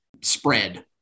spread